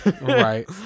right